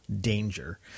danger